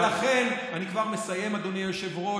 ולכן, אני כבר מסיים, אדוני היושב-ראש,